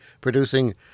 producing